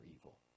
evil